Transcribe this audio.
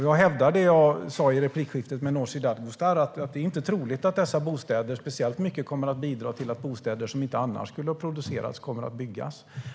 Jag hävdar det som jag sa i replikskiftet med Nooshi Dadgostar, att det inte är troligt att dessa bostäder kommer att bidra speciellt mycket till att bostäder som inte annars skulle ha producerats kommer att byggas.